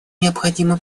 необходима